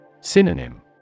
Synonym